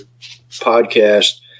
podcast